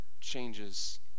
changes